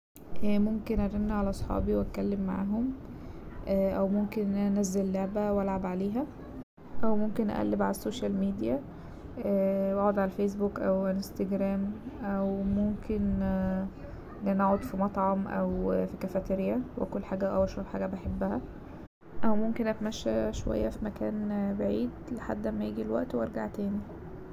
ممكن ارن على صحابي واتكلم معاهم أو ممكن ان انا انزل لعبة والعب عليها أو ممكن ااقلب على السوشيال ميديا واقعد على الفيسبوك أو انستجرام أو ممكن ان انا اقعد في مطعم أو في كافتريا و أكل حاجة أو أشرب حاجة بحبها أو ممكن أتمشى شوية في مكان بعيد لحد ما يجي الوقت وارجع تاني.